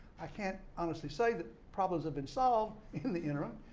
i can't honestly say that problems have been solved in the interim,